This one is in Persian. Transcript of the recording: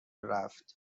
رفت